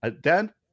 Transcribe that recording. Dan